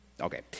Okay